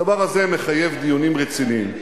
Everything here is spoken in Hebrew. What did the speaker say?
הדבר הזה מחייב דיונים רציניים.